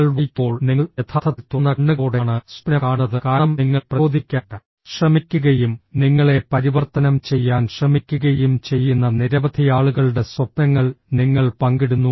നിങ്ങൾ വായിക്കുമ്പോൾ നിങ്ങൾ യഥാർത്ഥത്തിൽ തുറന്ന കണ്ണുകളോടെയാണ് സ്വപ്നം കാണുന്നത് കാരണം നിങ്ങളെ പ്രചോദിപ്പിക്കാൻ ശ്രമിക്കുകയും നിങ്ങളെ പരിവർത്തനം ചെയ്യാൻ ശ്രമിക്കുകയും ചെയ്യുന്ന നിരവധി ആളുകളുടെ സ്വപ്നങ്ങൾ നിങ്ങൾ പങ്കിടുന്നു